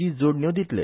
जी जोडण्यो दितले